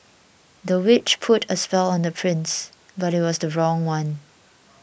the witch put a spell on the prince but it was the wrong one